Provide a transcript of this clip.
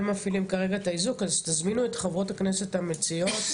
מפעילים כרגע את האיזוק אז תזמינו את חברות הכנסת המציעות,